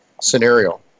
scenario